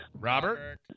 Robert